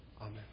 Amen